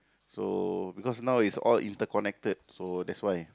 so because now is all interconnected so that's why